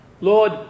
Lord